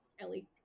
Ellie